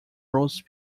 rose